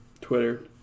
Twitter